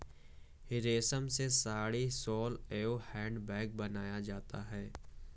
रेश्म से साड़ी, शॉल एंव हैंड बैग बनाया जाता है